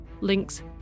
links